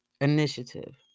initiative